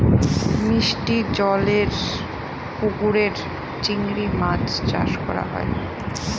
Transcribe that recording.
মিষ্টি জলেরর পুকুরে চিংড়ি মাছ চাষ করা হয়